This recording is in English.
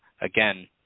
again